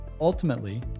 Ultimately